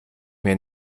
mir